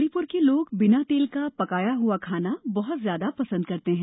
मणिपुर के लोग बिना तेल का पकाया हुआ खाना बहुत ज्यादा पसंद करते है